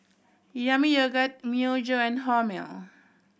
Yami Yogurt Myojo and Hormel